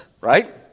right